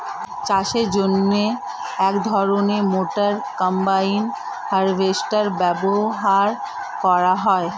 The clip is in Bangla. চাষের জন্য এক ধরনের মোটর কম্বাইন হারভেস্টার ব্যবহার করা হয়